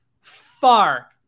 far